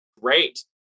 great